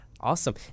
awesome